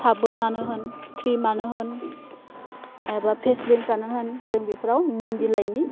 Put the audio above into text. साबोनानाे होन क्रिमानो होन एबा भेसलिनफ्रानो होन जों बेफोराव निम बिलाइनि